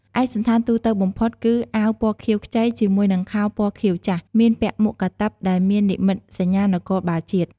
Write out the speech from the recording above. ឯកសណ្ឋានទូទៅបំផុតគឺ អាវពណ៌ខៀវខ្ចី ជាមួយនឹងខោពណ៌ខៀវចាស់ មានពាក់មួកកាតិបដែលមាននិមិត្តសញ្ញានគរបាលជាតិ។